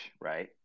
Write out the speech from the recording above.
right